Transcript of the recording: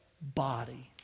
Body